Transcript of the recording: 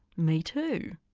me too.